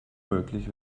möglich